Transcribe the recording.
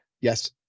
yes